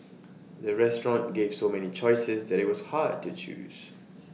the restaurant gave so many choices that IT was hard to choose